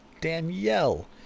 Danielle